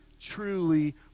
truly